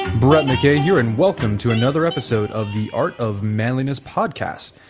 brett mckay here and welcome to another episode of the art of manliness podcast.